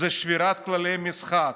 זו שבירת כללי המשחק,